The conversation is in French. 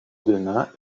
denain